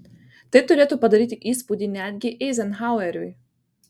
tai turėtų padaryti įspūdį netgi eizenhaueriui